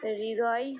হৃদয়